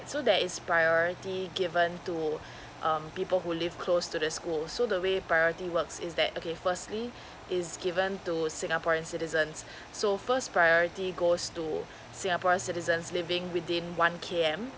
so that is priority given to um people who live close to the school so the way priority works is that okay firstly is given to singaporeans citizens so first priority goes to singapore citizens living within one K M